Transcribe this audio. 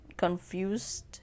confused